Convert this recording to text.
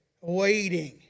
waiting